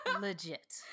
Legit